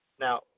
Now